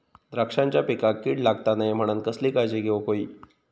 द्राक्षांच्या पिकांक कीड लागता नये म्हणान कसली काळजी घेऊक होई?